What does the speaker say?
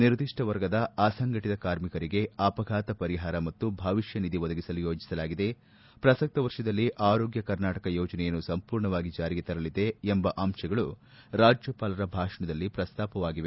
ನಿರ್ದಿಷ್ಟ ವರ್ಗದ ಅಸಂಘಟಿತ ಕಾರ್ಮಿಕರಿಗೆ ಅಪಘಾತ ಪರಿಹಾರ ಮತ್ತು ಭವಿಷ್ಕ ನಿಧಿ ಒದಗಿಸಲು ಯೋಜಿಸಲಾಗಿದೆ ಪ್ರಸಕ್ತ ವರ್ಷದಲ್ಲಿ ಆರೋಗ್ಯ ಕರ್ನಾಟಕ ಯೋಜನೆಯನ್ನು ಸಂಪೂರ್ಣವಾಗಿ ಜಾರಿಗೆ ತರಲಿದೆ ಎಂಬ ಅಂಶಗಳು ರಾಜ್ಯಪಾಲರ ಭಾಷಣದಲ್ಲಿ ಪ್ರಸ್ತಾಪವಾಗಿವೆ